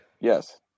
Yes